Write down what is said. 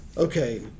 Okay